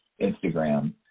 Instagram